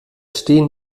stehen